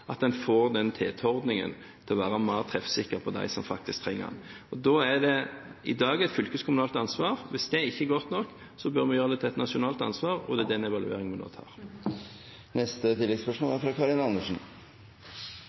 mer treffsikker for dem som faktisk trenger den. I dag er det et fylkeskommunalt ansvar. Hvis det ikke er godt nok, bør vi gjøre det til et nasjonalt ansvar, og det er den evalueringen vi